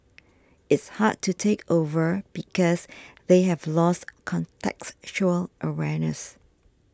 it's hard to take over because they have lost contextual awareness